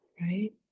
right